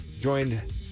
joined